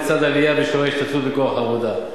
לצד עלייה בשיעור ההשתתפות בכוח העבודה,